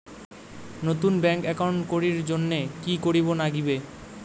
নতুন bank account করির জন্যে কি করিব নাগিবে?